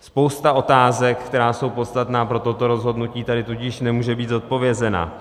Spousta otázek, které jsou podstatné pro toto rozhodnutí, tady tudíž nemůže být zodpovězena.